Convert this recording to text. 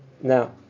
Now